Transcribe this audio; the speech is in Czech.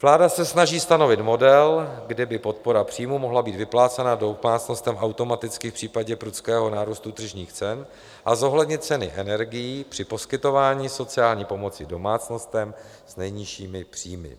Vláda se snaží stanovit model, kde by podpora příjmů mohla být vyplácena domácnostem automaticky v případě prudkého nárůstu tržních cen, a zohlednit ceny energií při poskytování sociální pomoci domácnostem s nejnižšími příjmy.